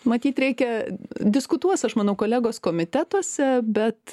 matyt reikia diskutuos aš manau kolegos komitetuose bet